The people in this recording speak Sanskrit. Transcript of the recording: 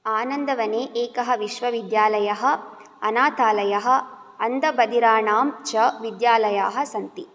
आनन्दवने एकः विश्वविद्यालयः अनाथालयः अन्धबधिराणां च विद्यालयाः सन्ति